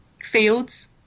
fields